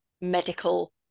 medical